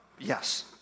Yes